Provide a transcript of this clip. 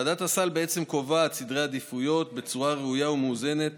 ועדת הסל בעצם קובעת סדרי עדיפויות בצורה ראויה ומאוזנת